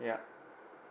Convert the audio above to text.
ya